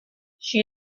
she